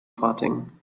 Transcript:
farting